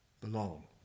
belong